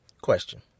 Question